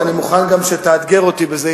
ואני מוכן גם שתאתגר אותי בזה,